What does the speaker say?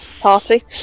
party